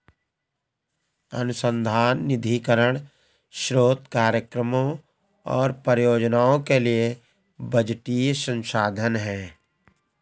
अनुसंधान निधीकरण स्रोत कार्यक्रमों और परियोजनाओं के लिए बजटीय संसाधन है